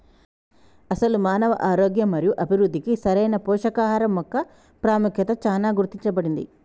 అసలు మానవ ఆరోగ్యం మరియు అభివృద్ధికి సరైన పోషకాహరం మొక్క పాముఖ్యత చానా గుర్తించబడింది